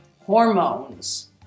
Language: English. hormones